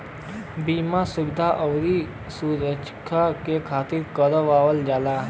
बीमा सुविधा आउर सुरक्छा के खातिर करावल जाला